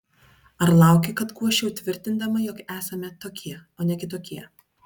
ar lauki kad guosčiau tvirtindama jog esame tokie o ne kitokie